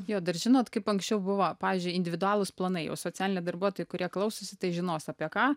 jo dar žinot kaip anksčiau buvo pavyzdžiui individualūs planai o socialiniai darbuotojai kurie klausosi tai žinos apie ką